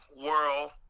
World